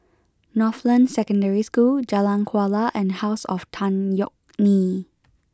Northland Secondary School Jalan Kuala and House of Tan Yeok Nee